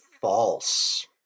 false